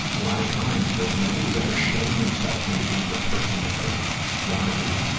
a lot of times, but nobody has ever shamed themselves into being the person that they want to be.